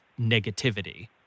negativity